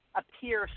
appear